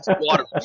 water